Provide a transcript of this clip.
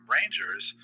Rangers